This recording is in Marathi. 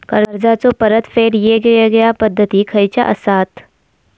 कर्जाचो परतफेड येगयेगल्या पद्धती खयच्या असात?